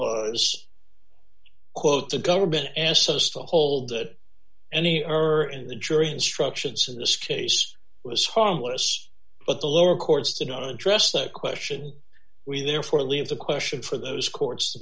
was quote the government asks us to hold any are in the jury instructions in this case was harmless but the lower courts to not address that question we therefore leave the question for those courts